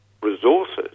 resources